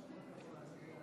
אני קובע כי הצעת החוק נתקבלה,